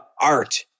art